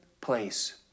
place